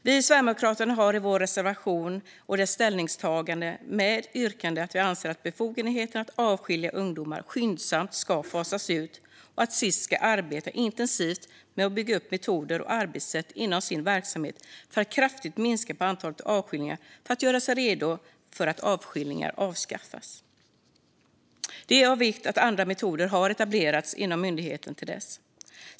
Vi i Sverigedemokraterna har i vår reservation och i dess ställningstagande med ett yrkande. Vi anser att befogenheten att avskilja ungdomar skyndsamt ska fasas ut och att Sis ska arbeta intensivt med att bygga upp metoder och arbetssätt inom sin verksamhet för att kraftigt minska antalet avskiljningar och göra sig redo för att avskiljningar avskaffas. Det är av vikt att andra metoder har etablerats inom myndigheten till dess.